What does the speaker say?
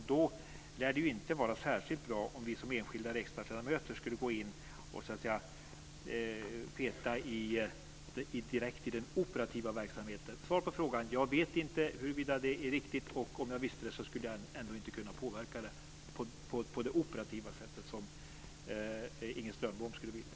Då lär det inte vara särskilt bra om vi som enskilda riksdagsledamöter skulle gå in och så att säga peta direkt i den operativa verksamheten. Svaret på frågan är: Jag vet inte huruvida det är riktigt, och om jag visste det skulle jag ändå inte kunna påverka det på det operativa sätt som Inger Strömbom skulle vilja.